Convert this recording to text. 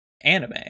anime